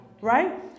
Right